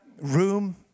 room